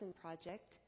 Project